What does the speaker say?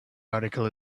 article